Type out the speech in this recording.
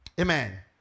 Amen